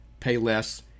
Payless